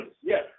Yes